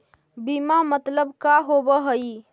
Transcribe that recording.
बीमा मतलब का होव हइ?